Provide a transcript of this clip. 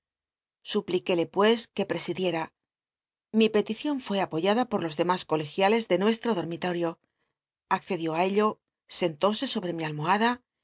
supliquéll pues que presidiera mi pelidon fné apoyada por los lemas rolegialcs de nuestro dornailorio acced ió i ello entóse sobc mi almohad